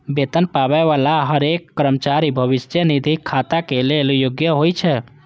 वेतन पाबै बला हरेक कर्मचारी भविष्य निधि खाताक लेल योग्य होइ छै